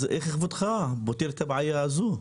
איך כבודך פותר את הבעיה הזו?